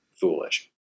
foolish